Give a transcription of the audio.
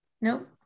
Nope